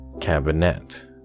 Cabinet